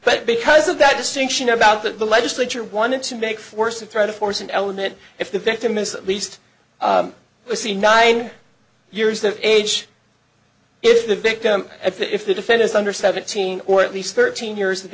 but because of that distinction about that the legislature wanted to make force to try to force an element if the victim is at least to see nine years of age if the victim if the defendant under seventeen or at least thirteen years of